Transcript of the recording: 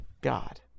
God